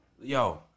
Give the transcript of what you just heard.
Yo